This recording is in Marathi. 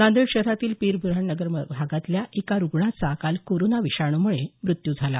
नांदेड शहरातील पीरब्र हाननगर भागातल्या एका रुग्णाचा काल कोरोना विषाणूमुळे मृत्यू झाला